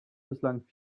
bislang